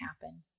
happen